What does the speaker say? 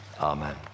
amen